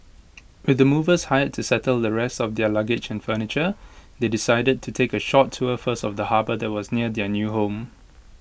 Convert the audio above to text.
with the movers hired to settle the rest of their luggage and furniture they decided to take A short tour first of the harbour that was near their new home